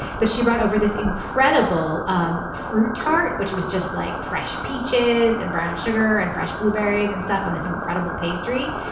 but she brought over this incredible um fruit tart which was just like fresh peaches and brown sugar and fresh blueberries and stuff and this incredible pastry.